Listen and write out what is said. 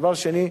דבר שני,